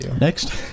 next